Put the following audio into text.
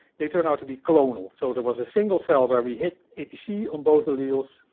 they turn out to be clonal. so, there was a single cell where we hit apc on both alleles,